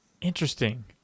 Interesting